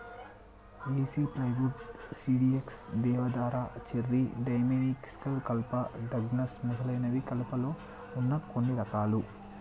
ఏసి plywood, CDX, దేవదారు, cherry, dimensional కలప, Douglas మొదలైనవి కలపలో వున్న కొన్ని రకాలు